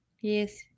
Yes